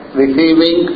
receiving